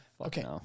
Okay